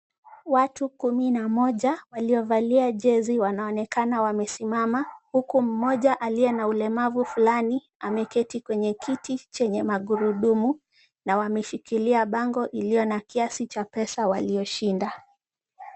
Watu kumi na moja waliovalia jezi wanaonekana wamesimama huku mmoja aliye na ulemavu fulani ameketi kwenye kiti chenye magurudumu na wameshikilia bango iliyo na kiasi cha pesa walioshinda.